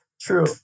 True